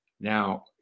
now